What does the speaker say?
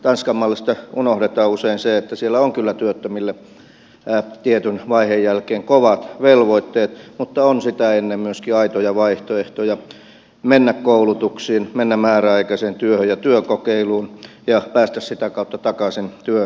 tanskan mallista unohdetaan usein se että siellä on kyllä työttömille tietyn vaiheen jälkeen kovat velvoitteet mutta on sitä ennen myöskin aitoja vaihtoehtoja mennä koulutuksiin mennä määräaikaiseen työhön ja työkokeiluun ja päästä sitä kautta takaisin työmarkkinoille